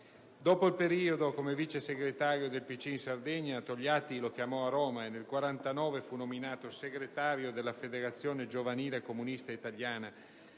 Dopo il periodo come vice segretario del PCI in Sardegna, Togliatti lo richiamò a Roma; nel 1949 fu nominato segretario della Federazione Giovanile Comunista Italiana,